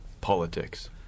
politics